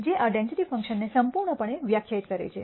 જે આ density function ને સંપૂર્ણપણે વ્યાખ્યાયિત કરે છે